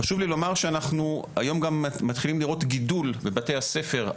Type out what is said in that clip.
חשוב לי לומר שאנחנו היום גם מתחילים לראות גידול בבתי הספר,